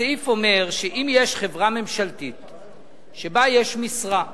הסעיף אומר שאם יש חברה ממשלתית שיש בה משרה,